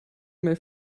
may